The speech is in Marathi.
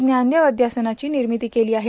ज्ञानदेव अध्यासनाची निर्मिती केलेली आहे